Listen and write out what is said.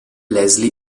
leslie